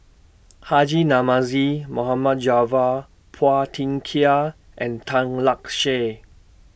Haji Namazie Mohd Javad Phua Thin Kiay and Tan Lark Sye